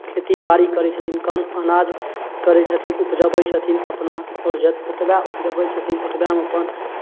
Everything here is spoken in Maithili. खेतीबाड़ी करै छथिन कम अनाज करैत छथिन उपजबै छथिन अपना आओर जत जतबे उपजबै छथिन ओतबहिमे अपन